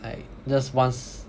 like just once